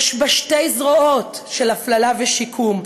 יש לה שתי זרועות, של הפללה ושיקום,